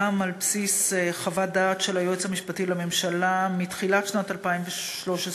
גם על בסיס חוות דעת של היועץ המשפטי לממשלה מתחילת שנת 2013,